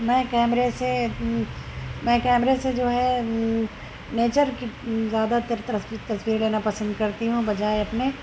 میں کیمرے سے میں کیمرے سے جو ہے نیچر کی زیادہ تر تصویر لینا پسند کرتی ہوں بجائے اپنے